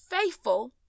faithful